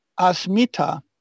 Asmita